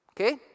Okay